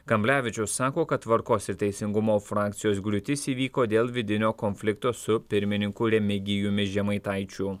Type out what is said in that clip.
kamblevičius sako kad tvarkos ir teisingumo frakcijos griūtis įvyko dėl vidinio konflikto su pirmininku remigijumi žemaitaičiu